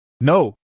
No